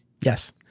Yes